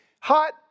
hot